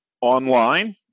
online